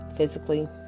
physically